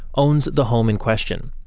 owns the home in question.